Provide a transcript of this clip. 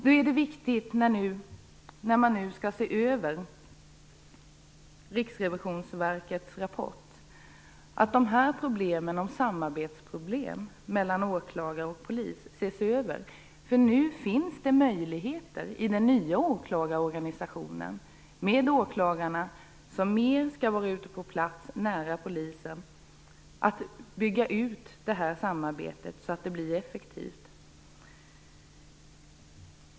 Det är därför viktigt att man nu ser över de samarbetsproblem som finns mellan åklagare och polis, som Riksrevisionsverket tar upp i sin rapport. I och med den nya åklagarorganisationen, med åklagare som mer skall vara ute på plats nära polisen, finns det nämligen möjlighet att bygga ut det här samarbetet, så att det blir effektivt.